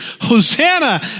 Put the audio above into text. Hosanna